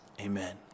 Amen